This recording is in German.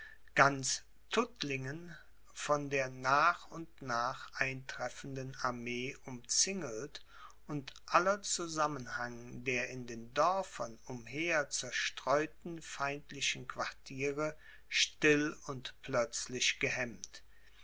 ganz tuttlingen von der nach und nach eintreffenden armee umzingelt und aller zusammenhang der in den dörfern umher zerstreuten feindlichen quartiere still und plötzlich gehemmt